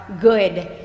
good